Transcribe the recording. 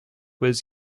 was